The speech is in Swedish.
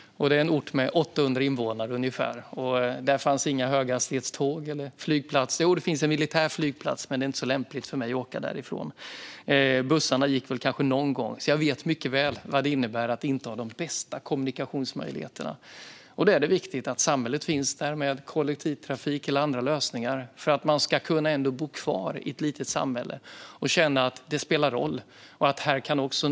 Det är en ort med ungefär 800 invånare. Där fanns inga höghastighetståg eller flygplatser. Jo, det finns en militär flygplats, men det är inte så lämpligt för mig att åka därifrån. Bussarna gick väl kanske någon gång. Jag vet mycket väl vad det innebär att inte ha de bästa kommunikationsmöjligheterna. Då är det viktigt att samhället finns där, med kollektivtrafik eller andra lösningar, för att man ska kunna bo kvar i ett litet samhälle och känna att det spelar roll och att nya jobb kan utvecklas.